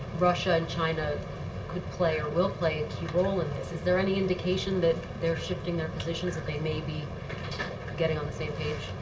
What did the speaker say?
russia and china could play, or will play, a key role in this. is there any indication that they're shifting their positions, that they may be getting on the same page?